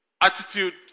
Attitude